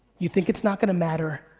you think it's not gonna matter.